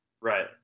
Right